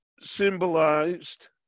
symbolized